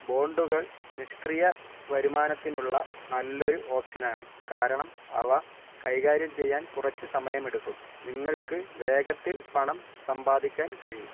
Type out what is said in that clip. ബോണ്ടുകൾ നിഷ്ക്രിയ വരുമാനത്തിനുള്ള നല്ലൊരു ഓപ്ഷനാണ് കാരണം അവ കൈകാര്യം ചെയ്യാൻ കുറച്ച് സമയമെടുക്കും നിങ്ങൾക്ക് വേഗത്തിൽ പണം സമ്പാദിക്കാൻ കഴിയും